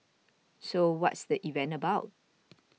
so what's the event about